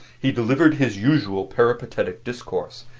he delivered his usual peripatetic discourse,